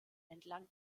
entlang